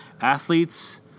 athletes